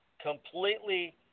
completely